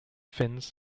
fins